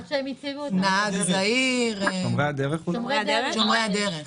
שומרי הדרך,